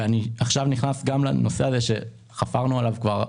אני עכשיו נכנס גם לנושא הזה שחפרנו עליו כבר,